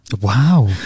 Wow